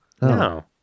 No